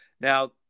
Now